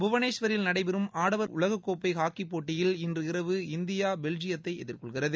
புவனேஸ்வரில் நடைபெறும் ஆடவர் உலகக்கோப்பைஹாக்கிப் போட்டியில் இன்று இரவு இந்தியா பெல்ஜியத்தைஎதிர்கொள்கிறது